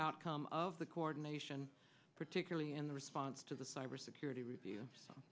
outcome of the coordination particularly in the response to the cybersecurity review